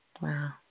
wow